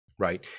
Right